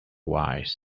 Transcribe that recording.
wise